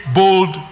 bold